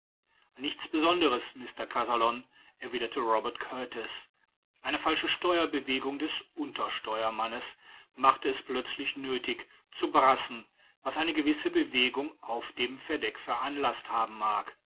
nichts besonderes mr kazallon erwidert robert kurtis eine falsche steuerbewegung des untersteuermannes machte es plötzlich nöthig zu brassen was eine gewisse bewegung auf dem verdeck veranlaßt haben mag